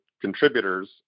Contributors